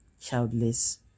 childless